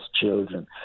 children